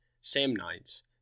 Samnites